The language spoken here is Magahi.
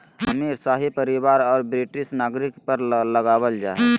अमीर, शाही परिवार औरो ब्रिटिश नागरिक पर लगाबल जा हइ